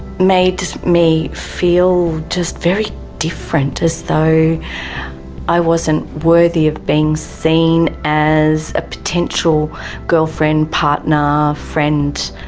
made me feel just very different, as though i wasn't worthy of being seen as a potential girlfriend, partner, friend.